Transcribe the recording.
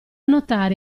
notare